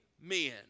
men